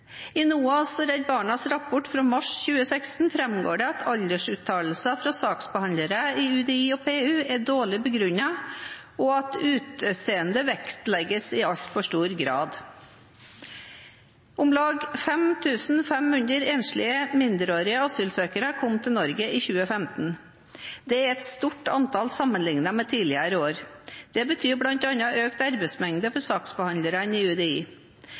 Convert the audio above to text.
I NOAS og Redd Barnas rapport fra mars 2016 framgår det at aldersuttalelser fra saksbehandlere i UDI og Politiets utlendingsenhet – PU – er dårlig begrunnet, og at utseende vektlegges i altfor stor grad. Om lag 5 500 enslige mindreårige asylsøkere kom til Norge i 2015. Det er et stort antall sammenlignet med tidligere år. Det betyr bl.a. økt arbeidsmengde for saksbehandlerne i UDI.